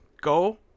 go